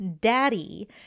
daddy